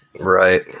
right